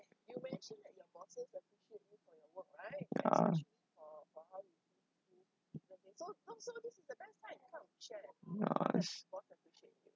ya ya